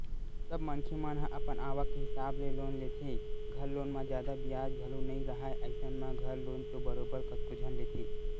सब मनखे मन ह अपन आवक के हिसाब ले लोन लेथे, घर लोन म जादा बियाज घलो नइ राहय अइसन म घर लोन तो बरोबर कतको झन लेथे